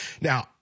Now